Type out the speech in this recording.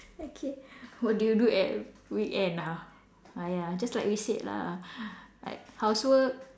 okay what do you do at weekend ah !aiya! just like we said lah like housework